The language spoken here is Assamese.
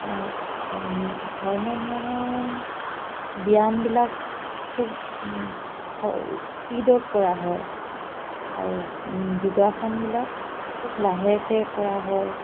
অন্য ধৰণৰ ব্যায়ামবিলাক খুব স্পীডত কৰা হয় আৰু যোগাসনবিলাক খুব লাহেকৈ কৰা হয়